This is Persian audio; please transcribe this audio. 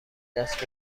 دست